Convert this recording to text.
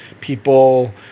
people